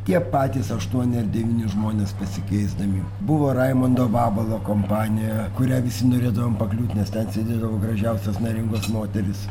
tie patys aštuoni ar devyni žmonės pasikeisdami buvo raimundo vabalo kompanija kurią visi norėdavom pakliūt nes ten sėdėdavo gražiausios neringos moterys